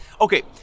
Okay